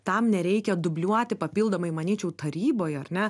tam nereikia dubliuoti papildomai manyčiau taryboje ar ne